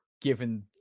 given